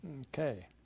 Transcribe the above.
Okay